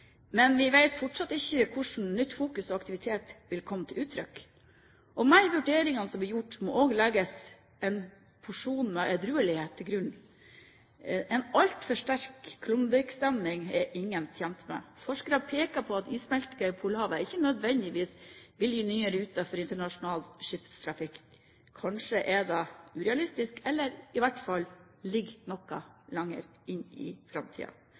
Men vi vet fortsatt ikke hvordan nytt fokus og aktivitet vil komme til uttrykk. Og med i vurderingene som blir gjort, må det legges en porsjon med edruelighet til grunn. En altfor sterk klondykestemning er ingen tjent med. Forskere peker på at issmeltingen i Polhavet ikke nødvendigvis vil gi nye ruter for internasjonal skipstrafikk. Kanskje er det urealistisk, eller så ligger det i hvert fall noe lenger inn i